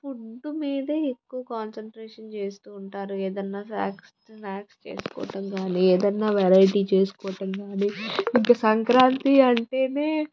food మీద ఎక్కువ concentration చేస్తు ఉంటారు ఏదైనా వాక్స్ స్నాక్స్ చేసుకోవడం కానీ ఏదన్నా వెరైటీ చేసుకోవడం కానీ ఇంక సంక్రాంతి అంటే